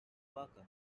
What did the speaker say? walker